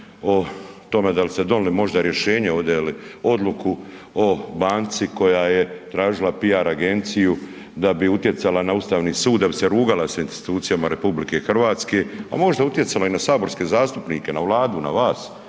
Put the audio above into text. o tome da li ste donijeli možda rješenje ovdje ili odluku o banci koja je tražila PR agenciju da bi utjecala na Ustavni sud, da bi se rugala s institucijama RH, a možda utjecala i na saborske zastupnike, na Vladu, na vas,